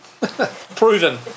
Proven